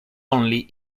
only